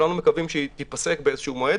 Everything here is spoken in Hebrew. כולנו מקווים שהיא תיפסק באיזה מועד,